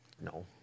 No